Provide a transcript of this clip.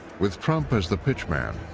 with trump as the pitchman,